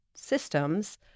systems